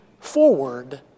forward